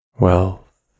Wealth